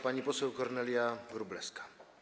Pani poseł Kornelia Wróblewska.